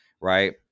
Right